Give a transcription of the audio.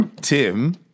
Tim